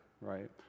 right